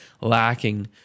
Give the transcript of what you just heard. lacking